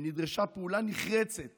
ונדרשה פעולה נחרצת